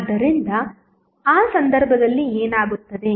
ಆದ್ದರಿಂದ ಆ ಸಂದರ್ಭದಲ್ಲಿ ಏನಾಗುತ್ತದೆ